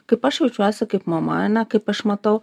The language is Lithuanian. kaip aš jaučiuosi kaip mama ane kaip aš matau